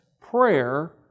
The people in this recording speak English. Prayer